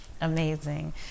amazing